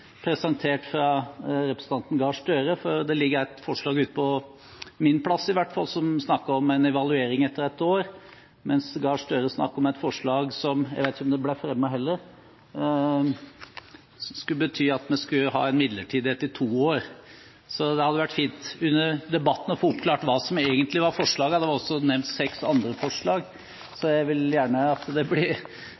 presentert av representanten Gahr Støre, for det ligger et forslag i hvert fall på min plass der en snakker om en evaluering etter ett år, mens representanten Gahr Støre snakket om et forslag som – jeg vet heller ikke om det ble fremmet – skulle bety at vi skulle ha en midlertidighet i to år. Det hadde vært fint under debatten å få oppklart hva som egentlig var forslagene. Det var også nevnt seks andre forslag. Jeg vil gjerne at det blir